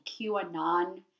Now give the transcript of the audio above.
QAnon